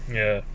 ya